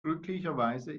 glücklicherweise